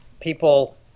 people